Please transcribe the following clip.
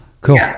cool